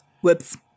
Whoops